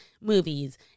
movies